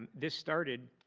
this started